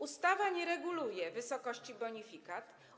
Ustawa nie reguluje wysokości bonifikat.